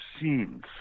scenes